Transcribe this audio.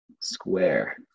square